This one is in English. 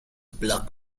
plug